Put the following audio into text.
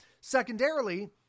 secondarily